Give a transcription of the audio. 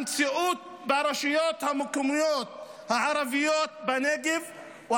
המציאות ברשויות המקומיות הערביות בנגב או